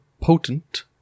potent